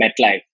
MetLife